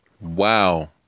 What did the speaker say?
Wow